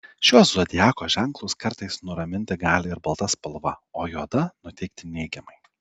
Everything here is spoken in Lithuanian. šiuos zodiako ženklus kartais nuraminti gali ir balta spalva o juoda nuteikti neigiamai